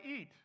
eat